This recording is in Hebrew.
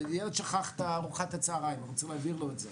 הילד שכח את ארוחת הצהריים שלו והוא רוצה להביא לו אותה.